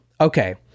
Okay